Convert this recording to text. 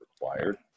required